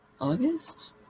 August